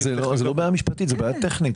זאת לא בעיה משפטית, זאת בעיה טכנית.